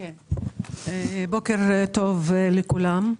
בוקר טוב לכולם,